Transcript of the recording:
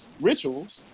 rituals